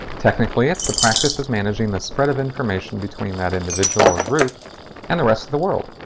technically, it's the practice of managing the spread of information between that individual or group and the rest of the world.